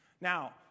Now